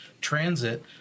transit